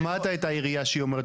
שמעת את העירייה מה שהיא אומרת.